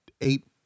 eight